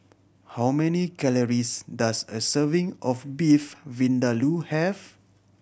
how many calories does a serving of Beef Vindaloo have